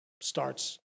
starts